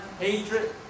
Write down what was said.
hatred